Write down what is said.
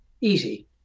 easy